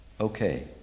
okay